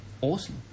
Awesome